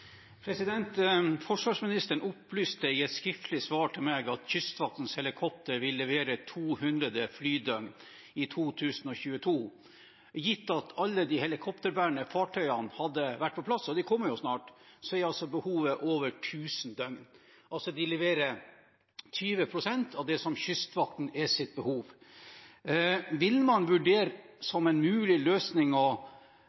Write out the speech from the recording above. meg at Kystvaktens helikoptre vil levere 200 flydøgn i 2022. Gitt at alle de helikopterbærende fartøyene hadde vært på plass, og de kommer jo snart, er altså behovet over 1 000 døgn. De leverer altså 20 pst. av det som er Kystvaktens behov. Vil man vurdere